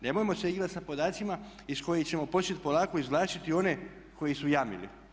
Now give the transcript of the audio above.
Nemojmo se igrati sa podacima iz kojih ćemo početi polako izvlačiti one koji su jamili.